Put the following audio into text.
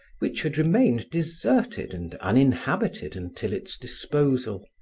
which had remained deserted and uninhabited until its disposal.